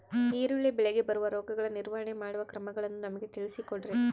ಈರುಳ್ಳಿ ಬೆಳೆಗೆ ಬರುವ ರೋಗಗಳ ನಿರ್ವಹಣೆ ಮಾಡುವ ಕ್ರಮಗಳನ್ನು ನಮಗೆ ತಿಳಿಸಿ ಕೊಡ್ರಿ?